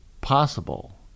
possible